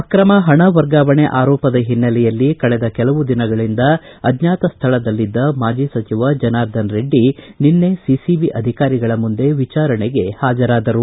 ಅಕ್ರಮ ಹಣ ವರ್ಗಾವಣೆ ಆರೋಪದ ಹಿನ್ನೆಲೆಯಲ್ಲಿ ಕಳೆದ ಕೆಲವು ದಿನಗಳಿಂದ ಅಜ್ಜಾತಸ್ಥಳದಲ್ಲಿದ್ದ ಮಾಜಿ ಸಚಿವ ಜನಾರ್ದನ ರೆಡ್ಡಿ ನಿನ್ನೆ ಸಿಸಿಬಿ ಅಧಿಕಾರಿಗಳ ಮುಂದೆ ವಿಚಾರಣೆಗೆ ಹಾಜರಾದರು